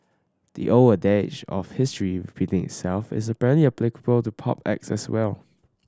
the old adage of history repeating itself is apparently applicable to pop acts as well